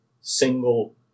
single